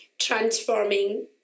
transforming